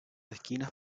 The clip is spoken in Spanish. esquinas